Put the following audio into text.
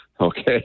okay